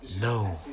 No